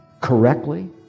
correctly